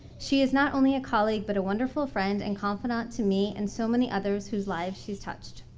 she is not only a colleague but a wonderful friend and confidant to me and so many others whose lives she's touched.